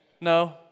No